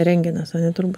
rentgenas ane turbūt